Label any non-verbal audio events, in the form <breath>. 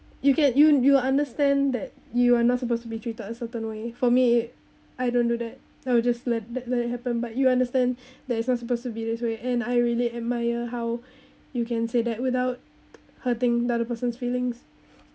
you get you you understand that you are not supposed to be treated on certain way for me I don't do that I'll just let that that happen but you understand <breath> that's not supposed to be this way and I really admire how <breath> you can say that without hurting that other person's feelings